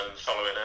following